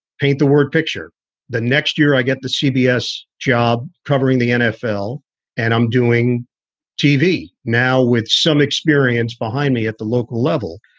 paint the word picture the next year i get the cbs job covering the nfl and i'm doing tv now with some experience behind me at the local level.